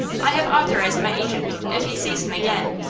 i have authorized my agent, if he sees him again,